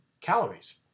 calories